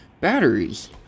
batteries